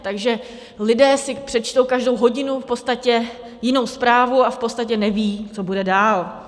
Takže lidé si přečtou každou hodinu v podstatě jinou zprávu a v podstatě nevědí, co bude dál.